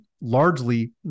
largely